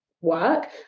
work